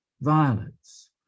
violets